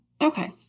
Okay